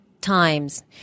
times